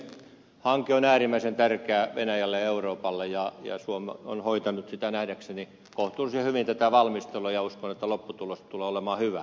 hanke on äärimmäisen tärkeä venäjälle ja euroopalle ja suomi on hoitanut tätä valmistelua nähdäkseni kohtuullisen hyvin ja uskon että lopputulos tulee olemaan hyvä